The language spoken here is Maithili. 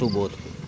सुबोध कुमार